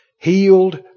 Healed